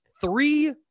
three